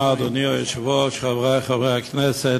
אדוני היושב-ראש, תודה, חברי חברי הכנסת,